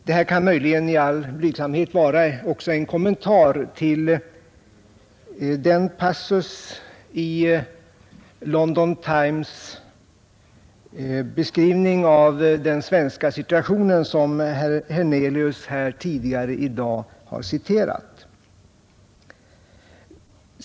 Detta kan möjligen i all blygsamhet också vara en kommentar till den passus i Londontidningen Times” beskrivning av den svenska situationen som herr Hernelius tidigare i dag citerat.